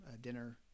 dinner